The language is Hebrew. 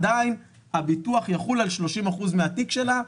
עדיין הביטוח יחול על 30% מהתיק שלה,